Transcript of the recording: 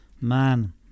man